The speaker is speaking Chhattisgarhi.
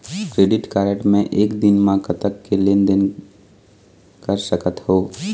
क्रेडिट कारड मे एक दिन म कतक के लेन देन कर सकत हो?